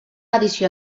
edició